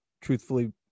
truthfully